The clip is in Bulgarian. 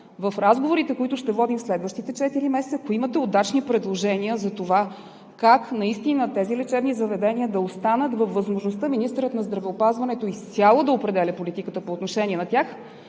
в разговорите, които ще водим следващите четири месеца, ако имате удачни предложения за това как наистина тези лечебни заведения да останат във възможността министърът на здравеопазването изцяло да определя политиката по отношение на тях,